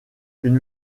une